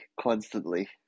constantly